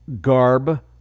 Garb